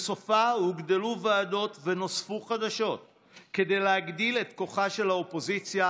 ובסופה הוגדלו ועדות ונוספו חדשות כדי להגדיל את כוחה של האופוזיציה,